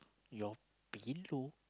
your pillow